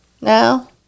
now